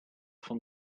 van